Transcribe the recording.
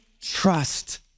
trust